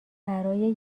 برای